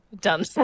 done